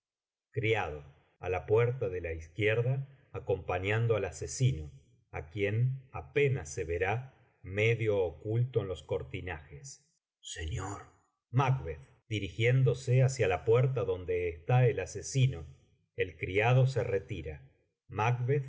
a la puerta de la izquierda acompañando al asesino á quien apenas se verá medio oculto en los cortinajes señor dirigiéndose hacia la puerta donde está el asesino el criado se retira